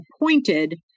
appointed